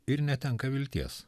ir netenka vilties